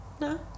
No